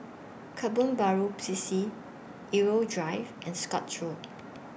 Kebun Baru C C Irau Drive and Scotts Road